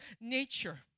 nature